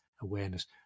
awareness